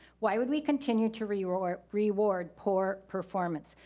why would we continued to reward reward poor performance?